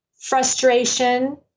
frustration